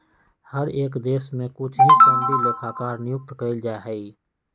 हर एक देश में कुछ ही सनदी लेखाकार नियुक्त कइल जा हई